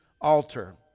altar